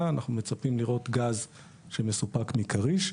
אנחנו מצפים לראות גז שמסופק מכריש.